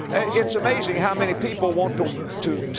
it's amazing how many people want to, to,